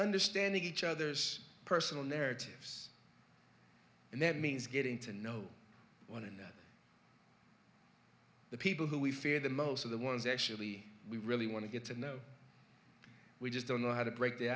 understanding each other's personal narratives and that means getting to know one another the people who we fear the most of the ones actually we really want to get to know we just don't know how to break the